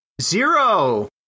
zero